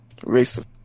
racist